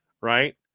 right